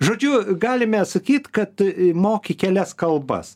žodžiu galime sakyt kad moki kelias kalbas